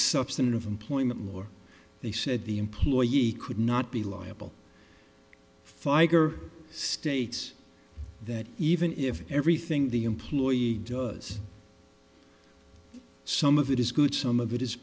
substantive employment more they said the employee could not be liable for states that even if everything the employee does some of it is good some of it is